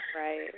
Right